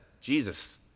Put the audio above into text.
Jesus